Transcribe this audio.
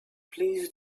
please